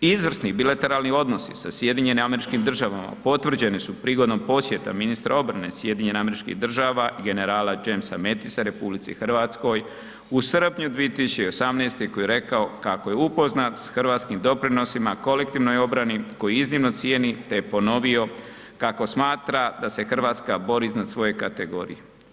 Izvrsni bilateralni odnosi sa SAD-om potvrđeni su prigodom posjeta ministra obrane SAD-a i generala Jamesa Metisa RH u srpnju 2018. koji je rekao kako je upoznat s hrvatskim doprinosima, kolektivnoj obrani koju iznimno cijeni, te je ponovio kako smatra da se RH bori iznad svoje kategorije.